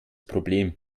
problem